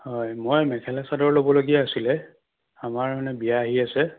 হয় মই মেখেলা চাদৰ ল'বলগীয়া আছিলে আমাৰ মানে বিয়া আহি আছে